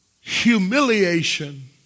humiliation